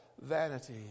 vanity